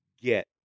get